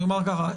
אומר ככה,